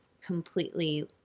completely